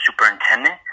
superintendent